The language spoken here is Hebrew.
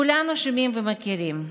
כולנו שומעים ומכירים.